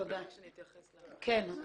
כן.